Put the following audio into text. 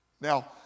Now